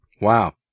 Wow